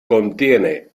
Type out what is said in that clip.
contiene